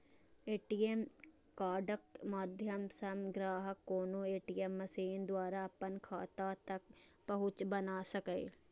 ATM कार्डक माध्यम सं ग्राहक कोनो ए.टी.एम मशीन द्वारा अपन खाता तक पहुंच बना सकैए